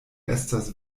estas